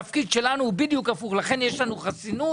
התפקיד שלנו הוא בדיוק הפוך, ולכן יש לנו חסינות.